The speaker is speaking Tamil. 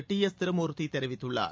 டி எஸ் திருமூர்த்தி தெரிவித்துள்ளார்